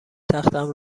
تختم